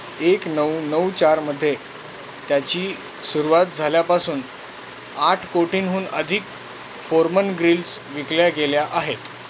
एक नऊ नऊ चारमध्ये त्याची सुरुवात झाल्यापासून आठ कोटींहून अधिक फोरमन ग्रिल्स विकल्या गेल्या आहेत